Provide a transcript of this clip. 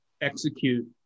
execute